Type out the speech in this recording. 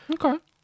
Okay